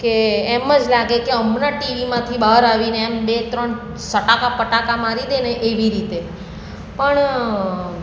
કે એમ જ લાગે કે હમણાં ટીવીમાંથી બહાર આવીને એમ બે ત્રણ સટાકા પટાકા મારી દેને એવી રીતે પણ